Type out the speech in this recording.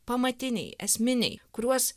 pamatiniai esminiai kuriuos